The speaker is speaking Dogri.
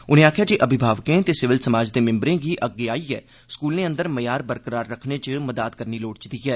उन्ने आखेआ जे अभिभावकें ते सिविल समाज दे मैम्बरें गी अग्गे आइयै स्कूलें अंदर मय्यार बरकरार रक्खने च मदाद करनी लोड़चदी ऐ